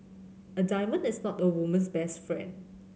a diamond is not a woman's best friend